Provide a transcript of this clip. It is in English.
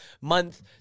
month